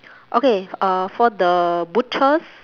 okay uh for the butchers